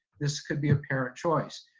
this could be a parent choice.